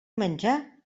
menjar